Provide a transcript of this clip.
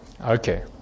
Okay